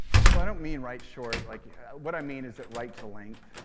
so i don't mean write short like yeah what i mean is it write to length.